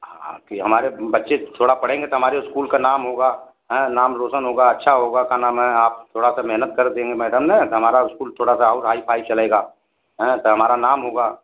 हाँ आकर हमारे बच्चे थोड़ा पढ़ेंगे तो हमारे स्कूल का नाम होगा हैं नाम रोशन होगा अच्छा होगा का नाम है आप थोड़ा सा मेहनत कर देंगे मैडम न तो हमारा स्कूल थोड़ा सा और हाई फाई चलेगा हैं तो हमारा नाम होगा